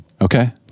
Okay